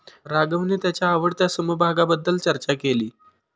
राघवने त्याच्या आवडत्या समभागाबद्दल चर्चा केली